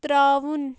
ترٛاوُن